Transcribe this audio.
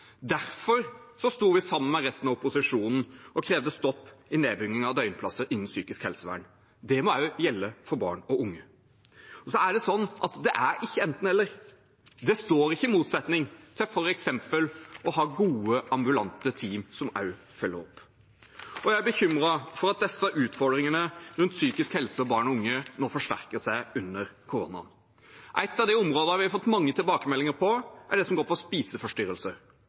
Derfor sto vi sammen med resten av opposisjonen og krevde stopp i nedbygging av døgnplasser innen psykisk helsevern. Det må også gjelde for barn og unge. Og det er ikke enten–eller. Det står ikke i motsetning til f.eks. å ha gode ambulante team som også følger opp. Jeg er bekymret for at disse utfordringene rundt psykisk helse og barn og unge nå forsterker seg under koronaen. Et av de områdene vi har fått mange tilbakemeldinger på, er det som går på